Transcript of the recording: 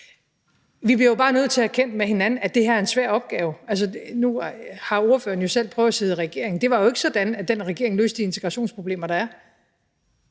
Vi bliver bare nødt til at erkende med hinanden, at det her er en svær opgave. Nu har ordføreren jo selv prøvet at sidde i regering, og det var ikke sådan, at den regering løste de integrationsproblemer, der var,